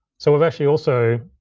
so we've actually also